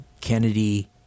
Kennedy